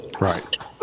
right